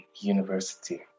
university